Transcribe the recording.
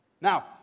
Now